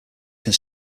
are